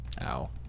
Ow